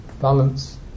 Balance